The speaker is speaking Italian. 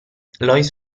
lois